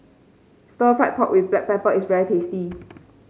Stir Fried Pork with Black Pepper is very tasty